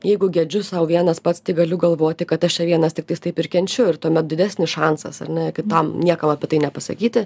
jeigu gedžiu sau vienas pats tai galiu galvoti kad aš čia vienas tiktais taip ir kenčiu ir tuomet didesnis šansas ar ne kitam niekam apie tai nepasakyti